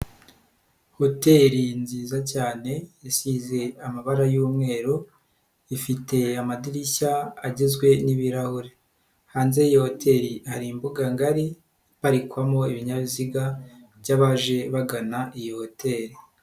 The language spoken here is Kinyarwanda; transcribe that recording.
Hoteri nziza cyane isize amabara y'umweru ifite amadirishya agizwe n'ibirahure, hanze y'iyo hoteri hari imbuganga ngari iparikwamo ibinyabiziga by'abaje bagana iyo hoteri.